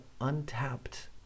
Untapped